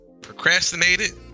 procrastinated